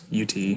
UT